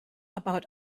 about